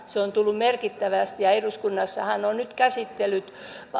se on tullut merkittävästi ja eduskunnassahan on nyt käsittely